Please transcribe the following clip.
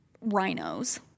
rhinos